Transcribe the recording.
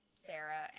Sarah